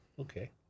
Okay